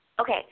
Okay